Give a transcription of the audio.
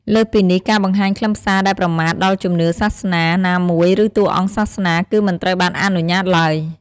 លើសពីនេះ ការបង្ហាញខ្លឹមសារដែលប្រមាថដល់ជំនឿសាសនាណាមួយ ឬតួអង្គសាសនា គឺមិនត្រូវបានអនុញ្ញាតឡើយ។